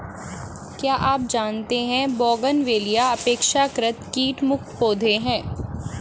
क्या आप जानते है बोगनवेलिया अपेक्षाकृत कीट मुक्त पौधे हैं?